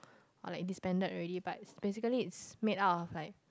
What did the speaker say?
or like disbanded already but basically it's made up of like